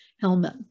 helmet